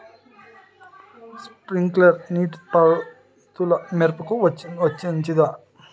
Sprinkler నీటిపారుదల మిరపకు మంచిదా?